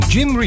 Jim